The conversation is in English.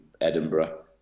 Edinburgh